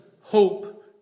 hope